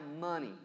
money